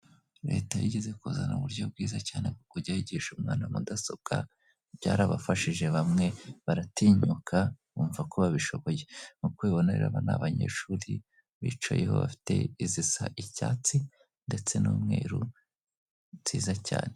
Leta yigeze kuzana uburyo bwiza cyane bwo kujya yigisha umwana mudasobwa, byarabafashije bamwe, baratinyuka, bumva ko babishoboye. Nk'uko ubibona rero, aba ni abanyeshuri bicayeho, bafite izisa icyatsi ndetse n'umweru, nziza cyane.